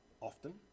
Often